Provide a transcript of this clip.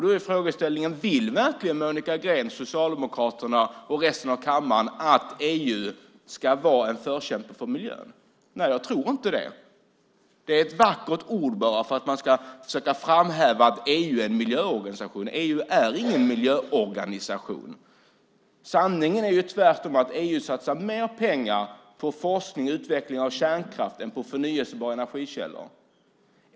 Då är frågan: Vill verkligen Monica Green, Socialdemokraterna och resten av kammaren att EU ska vara en förkämpe för miljön? Nej, jag tror inte det. Det är bara ett vackert ord för att man ska försöka framhäva att EU är en miljöorganisation. EU är ingen miljöorganisation. Sanningen är tvärtom att EU satsar mer pengar på forskning och utveckling av kärnkraft än på förnybara energikällor.